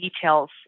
details